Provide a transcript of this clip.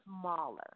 smaller